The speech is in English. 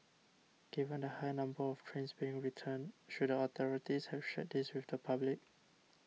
given the high number of trains being returned should authorities have shared this with the public